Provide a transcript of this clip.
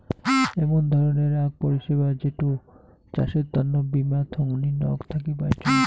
এমন ধরণের আক পরিষেবা যেটো চাষের তন্ন বীমা থোঙনি নক থাকি পাইচুঙ